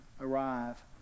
arrive